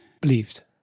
believed